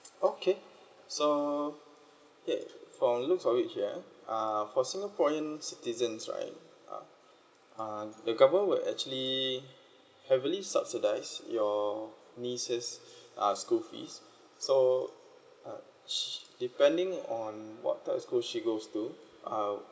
okay so yeah from looks of it ya uh for singaporean citizens right uh the government will actually heavily subsidize your niece's uh school fees so uh she depending on what type of schools she goes to uh